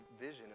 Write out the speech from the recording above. vision